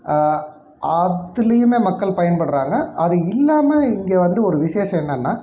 அதுலேயுமே மக்கள் பயன்படுறாங்க அது இல்லாமல் இங்கே வந்து ஒரு விசேஷம் என்னன்னால்